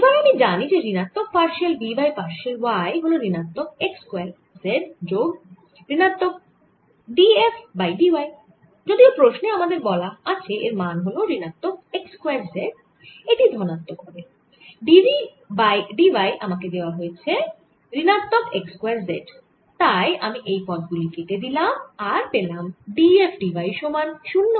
এবার আমি জানি যে ঋণাত্মক partial v by partial y হল ঋণাত্মক x স্কয়ার z যোগ ঋণাত্মক d f by d y যদিও প্রশ্নে আমাদের বলা আছে এর মান হল ঋণাত্মক x স্কয়ার z এটি ধনাত্মক হবে d v by d y আমাদের দেওয়া আছে ঋণাত্মক x স্কয়ার z তাই আমি এই পদ গুলি কেটে দিলাম আর পেলাম d f d y সমান 0